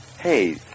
Hey